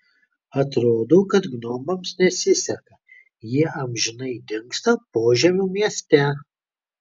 atrodo kad gnomams nesiseka jie amžinai dingsta požemių mieste